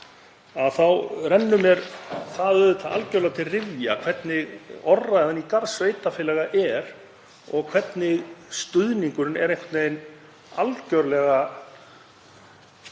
þá rennur mér það algjörlega til rifja hvernig orðræðan í garð sveitarfélaga er og hvernig stuðningurinn er einhvern veginn algerlega